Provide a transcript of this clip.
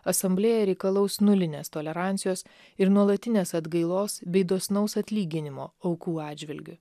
asamblėja reikalaus nulinės tolerancijos ir nuolatinės atgailos bei dosnaus atlyginimo aukų atžvilgiu